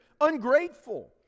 Ungrateful